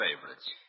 favorites